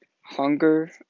hunger